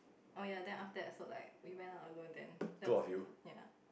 oh ya then after that also like we went out alone then that was the first ya